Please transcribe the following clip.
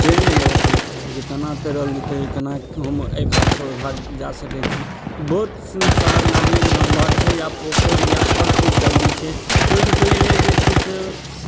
training लेबऽ पड़ै छै जे केना तैरल जेतै केना हम एहि भाग सऽ ओहिभाग जा सकैत छी बहुत शहर नदी नम्बर छै या पोखरि या आओर किछु डबरी छै तऽ ओइसँ पहिले जे छै से